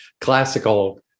classical